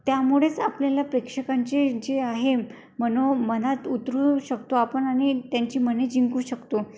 त्यामुळेच आपल्याला प्रेक्षकांचे जे आहे मनो मनात उतरू शकतो आपण आणि त्यांची मने जिंकू शकतो